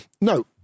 No